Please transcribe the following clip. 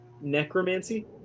necromancy